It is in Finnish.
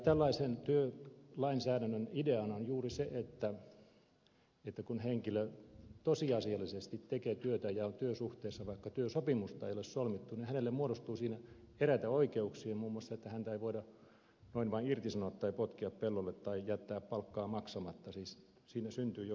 tällaisen työlainsäädännön ideana on juuri se että kun henkilö tosiasiallisesti tekee työtä ja on työsuhteessa vaikka työsopimusta ei ole solmittu hänelle muodostuu siinä eräitä oikeuksia muun muassa että häntä ei voida noin vain irtisanoa tai potkia pellolle tai jättää palkkaa maksamatta siis siinä syntyy jokin tällainen muoto